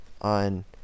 on